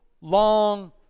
long